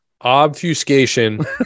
obfuscation